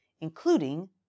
including